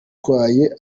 watwaye